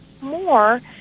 more